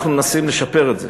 אנחנו מנסים לשפר את זה,